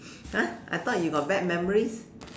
!huh! I thought you got bad memories